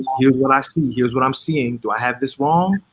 here's what i see, here's what i'm seeing. do i have this wrong?